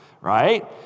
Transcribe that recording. right